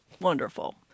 wonderful